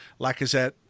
Lacazette